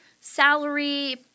salary